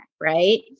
right